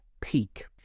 peak